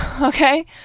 Okay